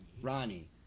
Ronnie